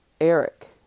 Eric